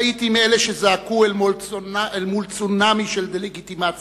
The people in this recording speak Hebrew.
הייתי מאלו שזעקו, אל מול צונאמי של דה-לגיטימציה,